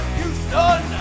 Houston